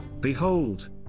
Behold